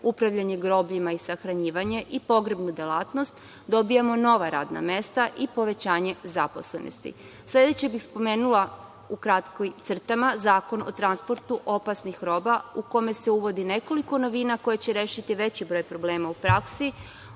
upravljanje grobljima i sahranjivanje i pogrebnu delatnost, dobijamo nova radna mesta i povećanje zaposlenosti. Sledeće što bih spomenula u kratkim crtama je Zakon o transportu opasnih roba u kome se uvodi nekoliko novina koje će rešiti veći broj problema u praksi.